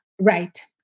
Right